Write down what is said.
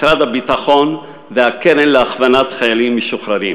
משרד הביטחון והקרן להכוונת חיילים משוחררים